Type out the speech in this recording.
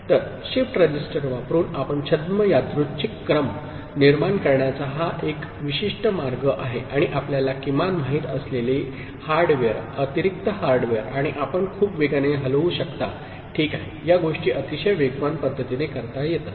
तर shift register वापरुन आपण छद्म यादृच्छिक क्रम निर्माण करण्याचा हा एक विशिष्ट मार्ग आहे आणि आपल्याला किमान माहित असलेले हार्डवेअर अतिरिक्त हार्डवेअर आणि आपण खूप वेगाने हलवू शकता ठीक आहेया गोष्टी अतिशय वेगवान पद्धतीने करता येतात